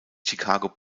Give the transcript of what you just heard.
chicago